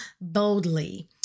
boldly